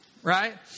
right